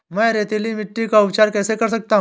मैं रेतीली मिट्टी का उपचार कैसे कर सकता हूँ?